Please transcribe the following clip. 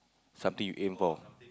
something you aim for